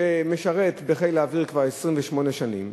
שמשרת בחיל האוויר כבר 28 שנים,